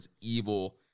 Evil